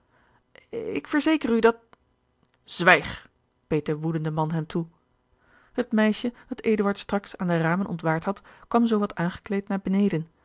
ik verzeker u dat zwijg beet de woedende man hem toe het meisje dat eduard straks aan de ramen ontwaard had kwam zoo wat aangekleed naar beneden